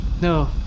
No